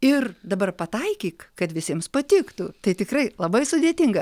ir dabar pataikyk kad visiems patiktų tai tikrai labai sudėtinga